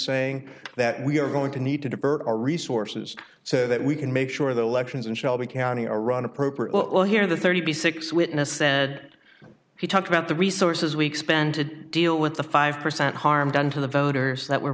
saying that we are going to need to divert our resources so that we can make sure the elections in shelby county are run appropriate well here the thirty six dollars witness said he talked about the resources we expend to deal with the five percent harm done to the voters that we're